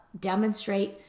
demonstrate